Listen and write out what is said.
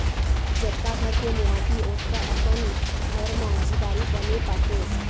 जतका घर के मोहाटी ओतका अकन घर म झिपारी बने पातेस